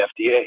FDA